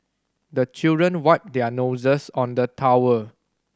the children wipe their noses on the towel